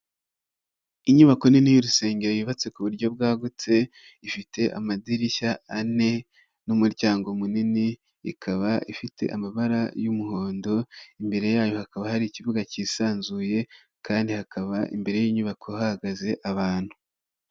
Inyubako nini y'urusengero yubatse ku buryo bwagutse, ifite amadirishya ane n'umuryango munini, ikaba ifite amabara y'umuhondo, imbere yayo hakaba hari ikibuga cyisanzuye, kandi hakaba imbere y'inyubako hahagaze abantu.